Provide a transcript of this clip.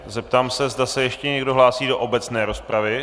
Zeptám se, zda se ještě někdo hlásí do obecné rozpravy.